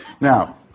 Now